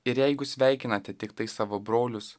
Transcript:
ir jeigu sveikinate tiktai savo brolius